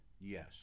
Yes